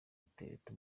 gutereta